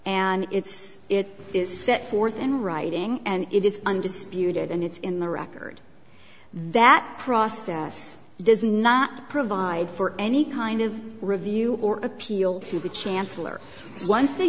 and it's it is set forth in writing and it is undisputed and it's in the record that process does not provide for any kind of review or appeal to the chancellor once